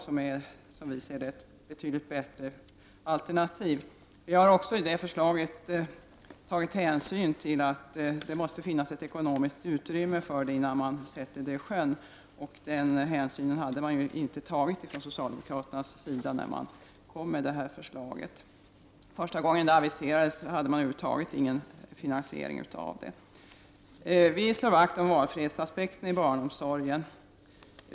Det är som vi ser det ett betydligt bättre alternativ. Vi har tagit hänsyn till att det måste finnas ett ekonomiskt utrymme, innan förslaget genomförs. Sådan hänsyn hade socialdemokraterna inte tagit när de lade fram det nu liggande förslaget. När förslaget först aviserades hade man över huvud taget inte någon finansiering. För vår del vill vi slå vakt om valfriheten i barnomsorgen.